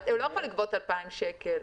הם לא יכולים לגבות 2,000 שקלים.